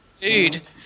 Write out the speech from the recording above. dude